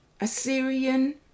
Assyrian